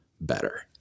better